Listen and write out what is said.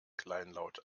kleinlaut